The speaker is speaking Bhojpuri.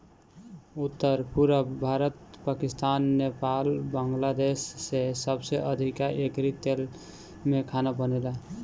उत्तर, पुरब भारत, पाकिस्तान, नेपाल, बांग्लादेश में सबसे अधिका एकरी तेल में खाना बनेला